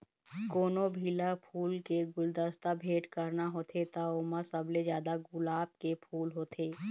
कोनो भी ल फूल के गुलदस्ता भेट करना होथे त ओमा सबले जादा गुलाब के फूल होथे